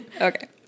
Okay